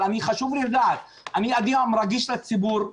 אבל חשוב לי לדעת, אני רגיש לציבור,